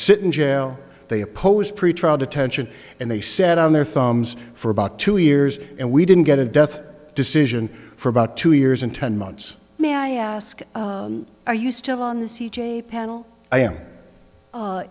sit in jail they oppose pretrial detention and they set on their thumbs for about two years and we didn't get a death decision for about two years in ten months may i ask are you still on the c j panel i am